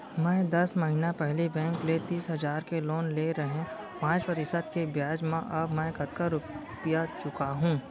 मैं दस महिना पहिली बैंक ले तीस हजार के लोन ले रहेंव पाँच प्रतिशत के ब्याज म अब मैं कतका रुपिया चुका हूँ?